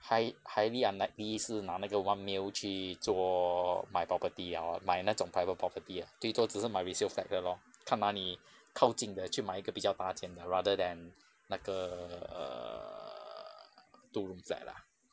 high~ highly unlikely 是拿那个 one mil 去做买 property liao lor 买那种 private property ah 最多只是买 resale flat 的 lor 看哪里靠近的就买一个比较大间的 rather than 那个 err two room flat ah